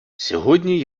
сьогодні